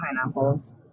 pineapples